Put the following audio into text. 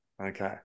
okay